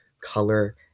color